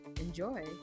enjoy